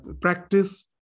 practice